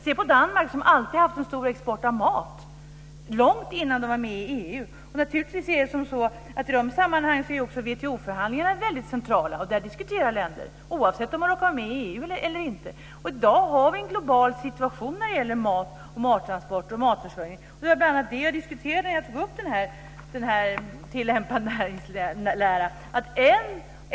Se på Danmark, som alltid haft en stor export av mat, långt innan man kom med i EU. I de här sammanhangen är förstås också WTO förhandlingarna väldigt centrala. Där diskuterar länder oavsett om de råkar vara med i EU eller inte. I dag har vi en global situation när det gäller mat, mattransporter och matförsörjning. Det var bl.a. det jag diskuterade när jag tog upp den här rapporten från Centrum för Tillämpad Näringslära.